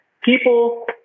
people